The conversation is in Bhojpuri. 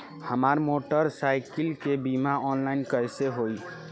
हमार मोटर साईकीलके बीमा ऑनलाइन कैसे होई?